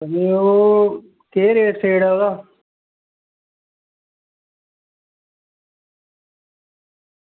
ते ओह् केह् रेट शेट ऐ ओह्दा